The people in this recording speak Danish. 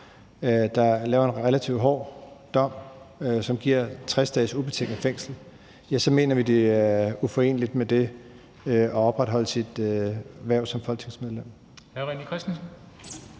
som giver en relativt hård dom, der giver 60 dages ubetinget fængsel. Så mener vi, at det er uforeneligt med det at opretholde sit hverv som folketingsmedlem.